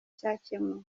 cyakemuwe